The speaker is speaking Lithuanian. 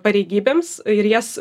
pareigybėms ir jas